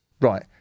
Right